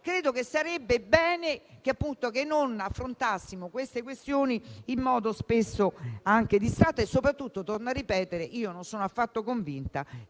Credo che sarebbe bene che non affrontassimo certe questioni in modo spesso anche distratto; soprattutto - torno a ripetere - non sono affatto convinta